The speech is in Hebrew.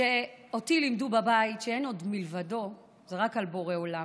שאותי לימדו בבית ש"אין עוד מלבדו" זה רק על בורא עולם.